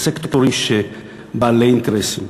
וסקטורים של בעלי אינטרסים,